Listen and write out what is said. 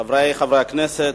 חברי חברי הכנסת,